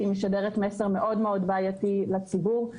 ומשדרת מסר מאוד בעייתי אל הציבור.